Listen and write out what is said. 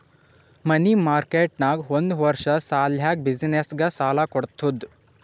ಮನಿ market ನಾಗ್ ಒಂದ್ ವರ್ಷ ಸಲ್ಯಾಕ್ ಬಿಸಿನ್ನೆಸ್ಗ ಸಾಲಾ ಕೊಡ್ತುದ್